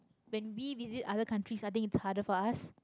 when we visit other countries i think it's harder for us